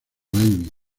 david